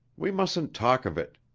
we mustn't talk of it.